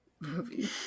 movie